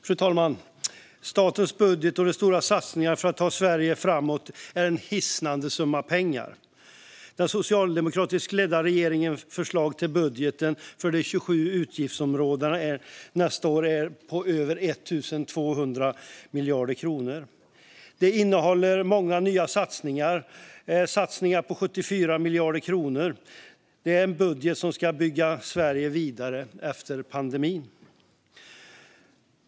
Fru talman! Statens budget och de stora satsningarna för att ta Sverige framåt innebär en hisnande summa pengar. Den socialdemokratiskt ledda regeringens förslag till budget för de 27 utgiftsområdena nästa år är på över 1 200 miljarder kronor. Den innehåller många nya satsningar - satsningar på 74 miljarder kronor. Det är en budget som ska bygga Sverige vidare efter pandemin.